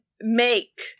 make